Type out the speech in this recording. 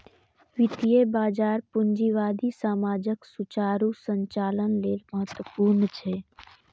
वित्तीय बाजार पूंजीवादी समाजक सुचारू संचालन लेल महत्वपूर्ण छै